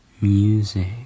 Music